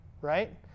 right